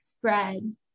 spread